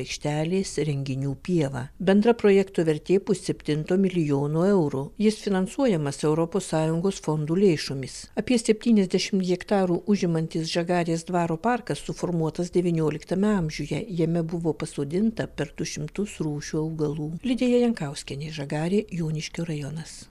aikštelės renginių pieva bendra projekto vertė pusseptinto milijono eurų jis finansuojamas europos sąjungos fondų lėšomis apie septyniasdešimt hektarų užimantys žagarės dvaro parkas suformuotas devynioliktame amžiuje jame buvo pasodinta per du šimtus rūšių augalų lidija jankauskienė žagarė joniškio rajonas